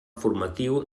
formatiu